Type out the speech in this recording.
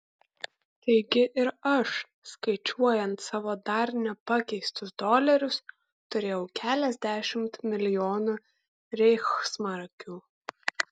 taigi ir aš skaičiuojant savo dar nepakeistus dolerius turėjau keliasdešimt milijonų reichsmarkių